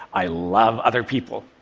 i love other people!